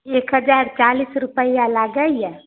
एक हजार चालिस रूपैआ लागैया